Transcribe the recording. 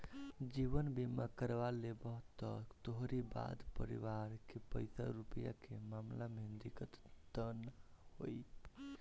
जीवन बीमा करवा लेबअ त तोहरी बाद परिवार के पईसा रूपया के मामला में दिक्कत तअ नाइ होई